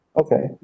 Okay